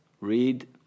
Read